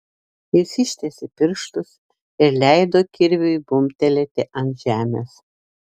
jis ištiesė pirštus ir leido kirviui bumbtelėti ant žemės